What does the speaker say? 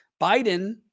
Biden